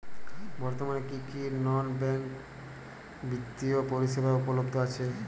বর্তমানে কী কী নন ব্যাঙ্ক বিত্তীয় পরিষেবা উপলব্ধ আছে?